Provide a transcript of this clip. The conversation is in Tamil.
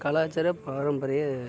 கலாச்சாரம் பாரம்பரியம்